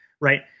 right